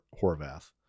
Horvath